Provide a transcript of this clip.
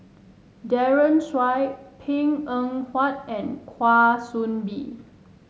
Daren Shiau Png Eng Huat and Kwa Soon Bee